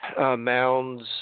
Mounds